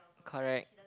correct